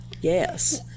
Yes